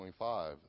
25